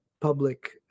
public